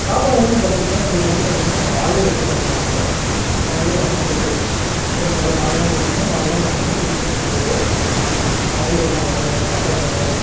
சாப்பாடெல்லாம் பார்த்திங்கன்னா சார் உங்களுக்கு வந்து பார்த்திங்கன்னா ஆளே வெச்சு தந்துடறோம் நாங்கள் அவங்களே வந்து உங்களுக்கு இப்போது இப்போது நீங்கள் ஒரு நாலு நாள் இருக்கீங்கன்னால் நாலு நாள் அவங்க வந்து உங்களுக்கு சமைச்சு போட்டு அவங்களே எல்லாம் பார்த்த மாதிரி சாப்பாடு மட்டும்